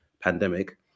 pandemic